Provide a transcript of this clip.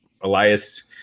Elias